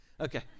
Okay